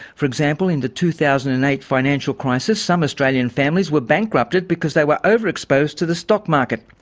for example, in the two thousand and eight financial crisis, some australian families were bankrupted because they were over-exposed to the stock market.